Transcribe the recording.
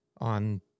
on